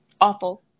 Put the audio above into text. Awful